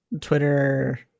Twitter